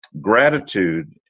Gratitude